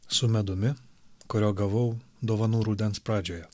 su medumi kurio gavau dovanų rudens pradžioje